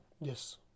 Yes